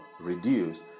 reduce